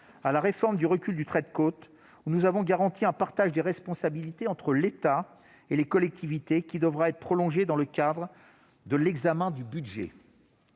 à la réforme du recul du trait de côte, pour laquelle nous avons garanti un partage des responsabilités entre l'État et les collectivités, partage qui devra être prolongé dans le cadre de l'examen du budget.